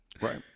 right